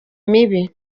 mibi